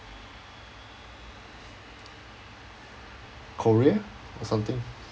korea or something